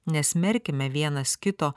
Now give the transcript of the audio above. nesmerkime vienas kito